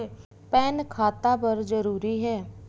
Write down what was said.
Pan खाता बर जरूरी हे?